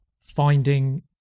finding